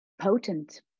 potent